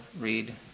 read